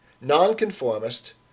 nonconformist